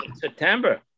September